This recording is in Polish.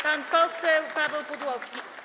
Pan poseł Paweł Pudłowski.